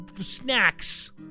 snacks